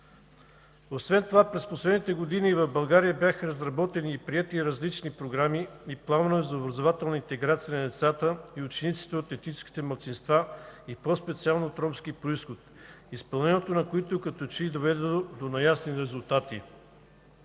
Освен това, през последните години в България бяха разработени и приети различни програми и планове за образователна интеграция на децата и учениците от етническите малцинства и по-специално от ромски произход, изпълнението на които като че ли доведе до неясни резултати.